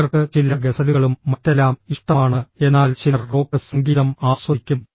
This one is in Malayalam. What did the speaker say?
ചിലർക്ക് ചില ഗസലുകളും മറ്റെല്ലാം ഇഷ്ടമാണ് എന്നാൽ ചിലർ റോക്ക് സംഗീതം ആസ്വദിക്കും